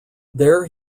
there